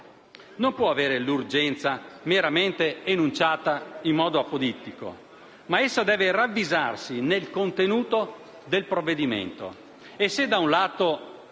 non può essere meramente enunciata in modo apodittico, ma deve ravvisarsi nel contenuto del provvedimento.